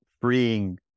freeing